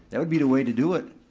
that would be the way to do it.